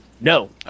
no